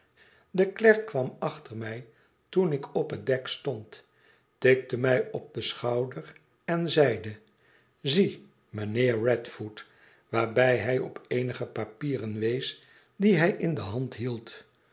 de klerk kwam achter mij toen ik op het dek stond tikte mij op den schouder en zeide zie mijnheer radfoot waarbij hij op eenige papieren ees die hij in de hand hield